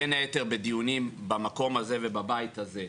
בין היתר בדיונים במקום הזה ובבית הזה.